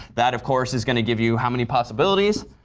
that of course is going to give you how many possibilities?